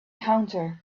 counter